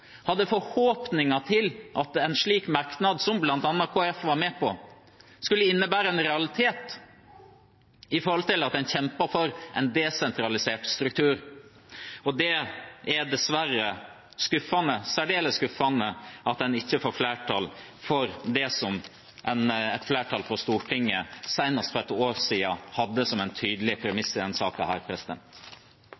hadde forhåpninger til at en slik merknad som bl.a. Kristelig Folkeparti var med på, i realiteten skulle innebære at man kjempet for en desentralisert struktur. Det er dessverre særdeles skuffende at man ikke får flertall for det som et flertall på Stortinget senest for ett år siden hadde som et tydelig